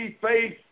faith